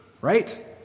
right